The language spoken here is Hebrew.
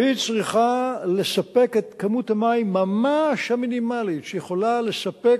והיא צריכה לספק את כמות המים ממש המינימלית שיכולה לספק,